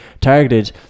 targeted